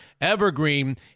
Evergreen